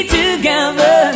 together